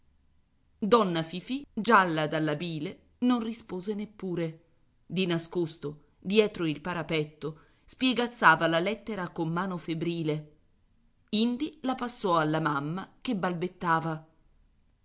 donna fifì gialla dalla bile non rispose neppure di nascosto dietro il parapetto spiegazzava la lettera con mano febbrile indi la passò alla mamma che balbettava